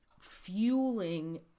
fueling